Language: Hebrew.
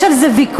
יש על זה ויכוח?